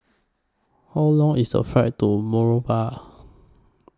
How Long IS A Flight to Monrovia